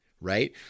right